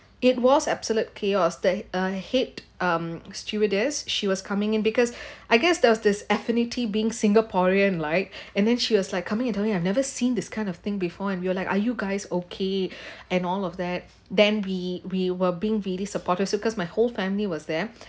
it was absolute chaos they uh head um stewardess she was coming in because I guess there was this affinity being singaporean right and then she was like calming calming I've never seen this kind of thing before and you all like are you guys okay and all of that then we we were being really support her because my whole family was there